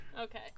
Okay